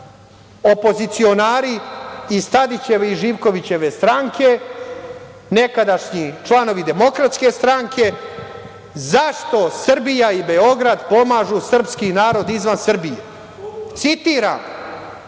opozicionari iz Tadićeve i Živkovićeve stranke, nekadašnji članovi Demokratske stranke - zašto Srbija i Beograd pomažu srpski narod izvan Srbije. Citiram